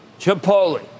Chipotle